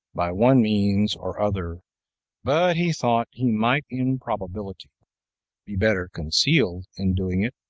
by one means or other but he thought he might in probability be better concealed in doing it,